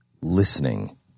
listening